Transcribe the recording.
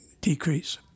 decrease